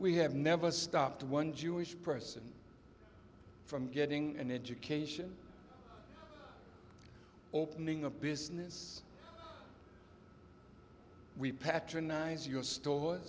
we have never stopped one jewish person from getting an education opening a business we patronize your stores